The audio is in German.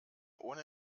ohne